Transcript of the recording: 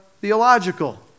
theological